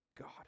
God